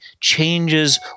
changes